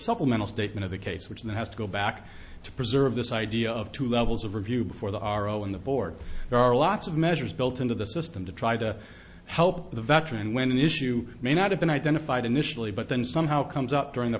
supplemental statement of the case which then has to go back to preserve this idea of two levels of review before the are all in the board there are lots of measures built into the system to try to help the veteran when an issue may not have been identified initially but then somehow comes up during the